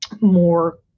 more